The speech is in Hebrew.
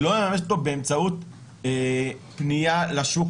היא לא מממשת אותו באמצעות פנייה לשוק